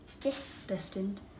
Destined